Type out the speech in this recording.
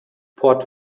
port